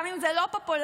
גם אם זה לא פופולרי.